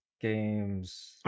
games